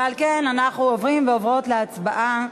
ועל כן אנחנו עוברים ועוברות להצבעה.